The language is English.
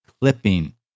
clipping